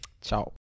Ciao